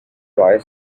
dryer